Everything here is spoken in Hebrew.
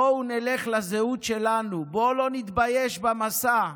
בואו נלך לזהות שלנו, בוא לא נתבייש במסע,